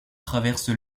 traverse